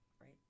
right